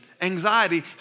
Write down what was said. Anxiety